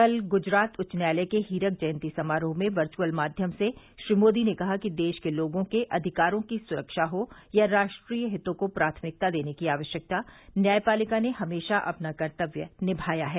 कल गुजरात उच्च न्यायालय के हीरक जयंती समारोह में वर्चअल माध्यम से श्री मोदी ने कहा कि देश के लोगों के अधिकारों की सुरक्षा हो या राष्ट्रीय हितों को प्राथमिकता देने की आवश्यकता न्यायपालिका ने हमेशा अपना कर्तव्य निभाया है